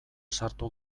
sartu